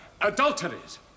adulteries